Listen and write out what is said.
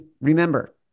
remember